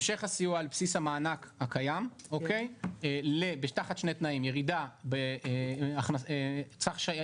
המשך הסיוע על בסיס המענק הקיים תחת שני תנאים: צריך שתהיה